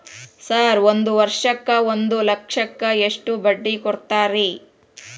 Sir ಒಂದು ವರ್ಷಕ್ಕ ಒಂದು ಲಕ್ಷಕ್ಕ ಎಷ್ಟು ಬಡ್ಡಿ ಕೊಡ್ತೇರಿ?